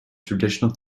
traditional